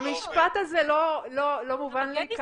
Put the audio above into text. המשפט זה לא מובן לי.